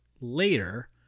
later